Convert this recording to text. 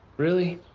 really?